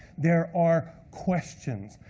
there are questions.